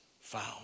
found